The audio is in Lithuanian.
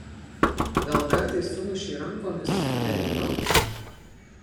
gal kartais sumušei rankomis su velniu